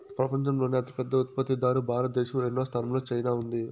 పపంచంలోనే అతి పెద్ద పత్తి ఉత్పత్తి దారు భారత దేశం, రెండవ స్థానం లో చైనా ఉంది